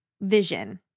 vision